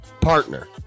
partner